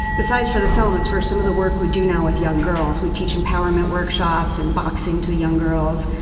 besides for the film, it's for some of the work we do now with young girls. we teach empowerment workshops and boxing to young girls.